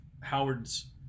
Howard's